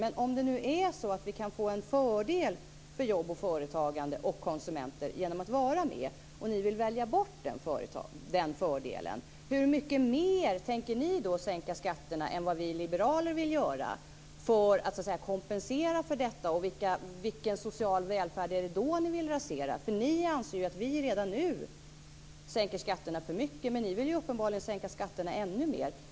Men om det nu är så att vi kan få en fördel för jobb, företagande och konsumenter genom att vara med och ni vill välja bort den fördelen - hur mycket mer tänker Miljöpartiet då sänka skatterna än vad vi liberaler vill göra för att kompensera för detta? Vilken social välfärd är det då som ni vill rasera? Ni anser ju att vi redan nu sänker skatterna för mycket, men ni vill uppenbarligen sänka skatterna ännu mer.